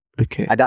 Okay